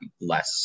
less